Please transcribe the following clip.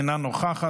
אינה נוכחת.